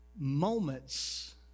moments